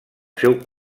seu